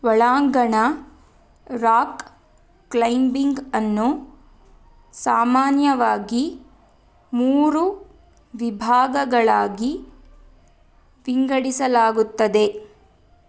ಒಳಾಂಗಣ rock climbing ಅನ್ನು ಸಾಮಾನ್ಯವಾಗಿ ಮೂರು ವಿಭಾಗಗಳಾಗಿ ವಿಂಗಡಿಸಲಾಗುತ್ತದೆ